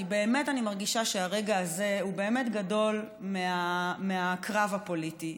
כי באמת אני מרגישה שהרגע הזה הוא באמת גדול מהקרב הפוליטי.